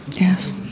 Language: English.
Yes